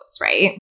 right